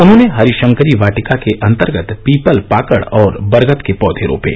उन्होंने हरिशंकरी वाटिका के अंतर्गत पीपल पाकड़ और बरगद के पौधे रोपे